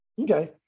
Okay